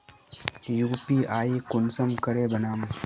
UPI कुंसम करे बनाम?